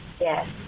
Yes